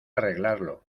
arreglarlo